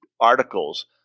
articles